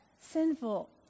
sinful